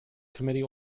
committee